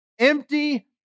empty